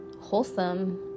wholesome